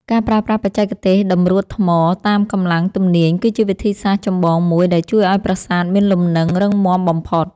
ការប្រើប្រាស់បច្ចេកទេសតម្រួតថ្មតាមកម្លាំងទំនាញគឺជាវិធីសាស្រ្តចម្បងមួយដែលជួយឱ្យប្រាសាទមានលំនឹងរឹងមាំបំផុត។